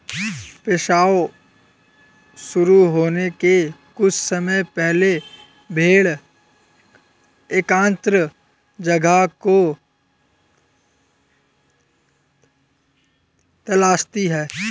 प्रसव शुरू होने के कुछ समय पहले भेड़ एकांत जगह को तलाशती है